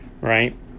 right